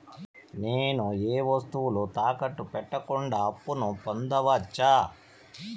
నేను ఏ వస్తువులు తాకట్టు పెట్టకుండా అప్పును పొందవచ్చా?